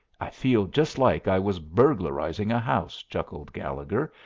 i feel just like i was burglarizing a house, chuckled gallegher,